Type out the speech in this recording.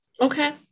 Okay